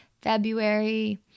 February